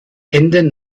enden